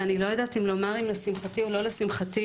שאיני יודעת לומר אם לשמחתי או לא לשמחתי,